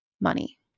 money